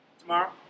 tomorrow